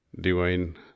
divine